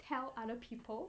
tell other people